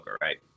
right